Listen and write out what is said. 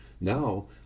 Now